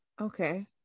Okay